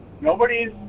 nobody's